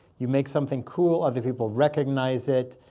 you make something cool. other people recognize it.